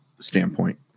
standpoint